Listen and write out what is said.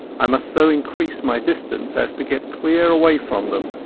i must so increase my distance as to get clear away from them,